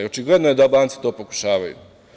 Očigledno je da Albanci to pokušavaju.